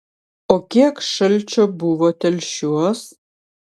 o kiek šalčio buvo telšiuos